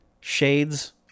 Shades